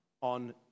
on